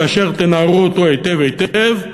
כאשר תנערו אותו היטב היטב,